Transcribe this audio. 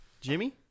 Jimmy